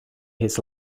his